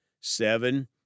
Seven